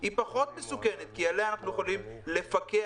היא פחות מסוכנת כי עליה אנחנו יכולים לפקח